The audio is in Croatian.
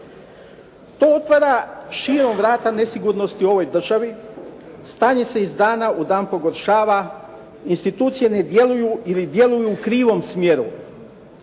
To otvara širom vrata nesigurnosti u ovoj državi. Stanje se iz dana u dan pogoršava, institucije ne djeluju ili djeluju u krivom smjeru.